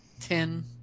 Ten